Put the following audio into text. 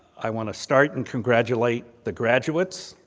i want to start and congratulate the graduates,